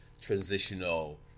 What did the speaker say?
transitional